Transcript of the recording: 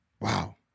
Wow